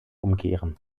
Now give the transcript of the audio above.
umkehren